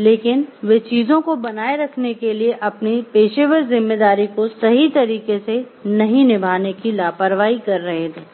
लेकिन वे चीजों को बनाए रखने के लिए अपनी पेशेवर जिम्मेदारी को सही तरीके से नहीं निभाने की लापरवाही कर रहे थे